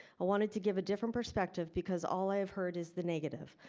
i wanted to give a different perspective because all i've heard is the negative.